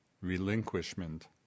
relinquishment